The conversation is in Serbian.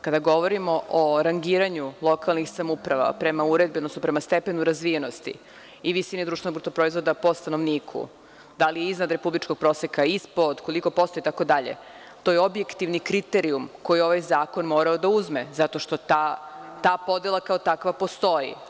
Kada govorimo o rangiranju lokalnih samouprava prema uredbi, odnosno prema stepenu razvijenosti i visini društvenog bruto proizvoda po stanovniku, da li je iznad republičkog proseka, ispod, koliko posto i tako dalje, to je objektivni kriterijum koji je ovaj zakon morao da uzme zato što ta podela, kao takva, postoji.